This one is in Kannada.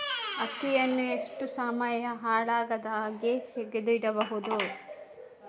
ಅಕ್ಕಿಯನ್ನು ಎಷ್ಟು ಸಮಯ ಹಾಳಾಗದಹಾಗೆ ತೆಗೆದು ಇಡಬಹುದು?